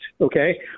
okay